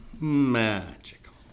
Magical